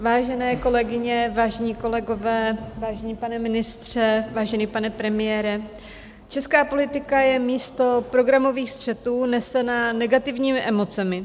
Vážené kolegyně, vážení kolegové, vážený pane ministře, vážený pane premiére, česká politika je místo programových střetů nesená negativními emocemi.